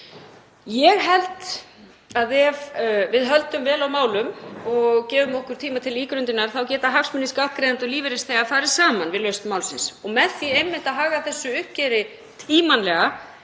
Ég held að ef við höldum vel á málum og gefum okkur tíma til ígrundunar þá geti hagsmunir skattgreiðenda og lífeyrisþega farið saman við lausn málsins. Með því einmitt að haga þessu uppgjöri tímanlega